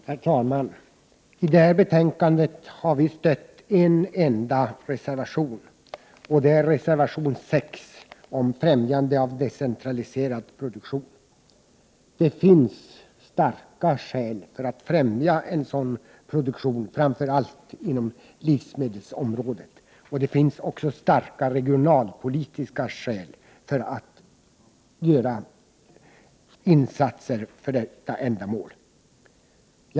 Herr talman! I det här betänkandet har vi stött en enda reservation, och det är reservation 6 om främjande av decentraliserad produktion. Det finns starka skäl att främja en sådan produktion, framför allt på livsmedelsområdet, och det finns också starka regionalpolitiska skäl att göra insatser i detta syfte.